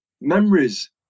memories